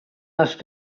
must